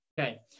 Okay